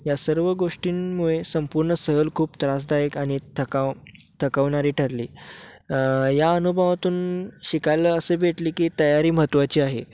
या सर्व गोष्टींमुळे संपूर्ण सहल खूप त्रासदायक आणि थकाव थकवणारी ठरली या अनुभवातून शिकायला असं भेटले की तयारी महत्त्वाची आहे